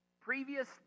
previous